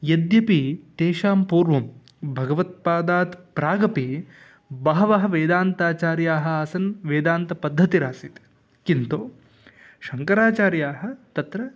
यद्यपि तेषां पूर्वं भगवत्पादात् प्रागपि बहवः वेदान्ताचार्याः आसन् वेदान्तपद्धतिरासीत् किन्तु शङ्कराचार्याः तत्र